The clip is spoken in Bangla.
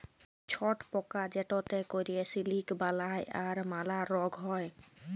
ছট পকা যেটতে ক্যরে সিলিক বালাই তার ম্যালা রগ হ্যয়